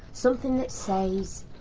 something that says,